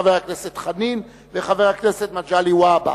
חבר הכנסת דב חנין וחבר הכנסת מגלי והבה.